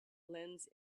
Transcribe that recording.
lends